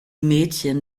mädchen